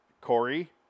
Corey